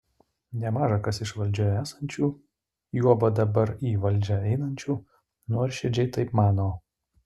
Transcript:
nemaža kas iš valdžioje esančių juoba dabar į valdžią einančių nuoširdžiai taip mano